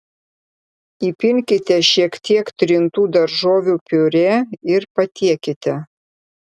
įpilkite šiek tiek trintų daržovių piurė ir patiekite